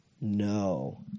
No